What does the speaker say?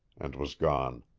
and was gone.